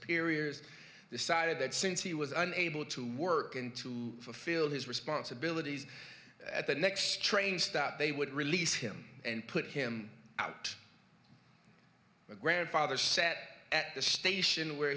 superiors decided that since he was unable to work and to fulfill his responsibilities at the next train stop they would release him and put him out the grandfather sat at the station where